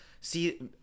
see